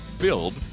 Build